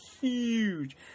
huge